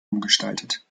umgestaltet